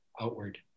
outward